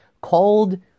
called